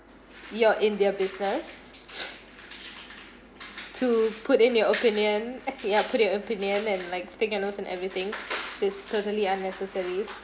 you're in their business to put in your opinion ya put your opinion and like stick your nose in everything is totally unnecessary